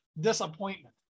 disappointment